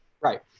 Right